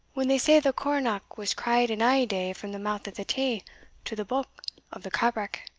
when they say the coronach was cried in ae day from the mouth of the tay to the buck of the cabrach,